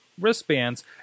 wristbands